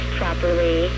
properly